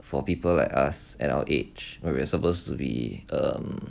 four people like us at our age where we're supposed to be um